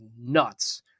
nuts